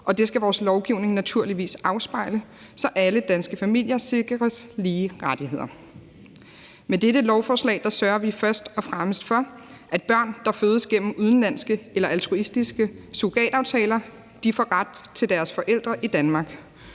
og det skal vores lovgivning naturligvis afspejle, så alle danske familier sikres lige rettigheder. Med dette lovforslag sørger vi først og fremmest for, at børn, der fødes gennem udenlandske eller altruistiske surrogataftaler, får ret til deres forældre i Danmark